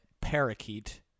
parakeet